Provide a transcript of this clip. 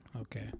Okay